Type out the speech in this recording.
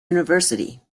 university